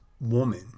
woman